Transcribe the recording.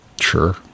sure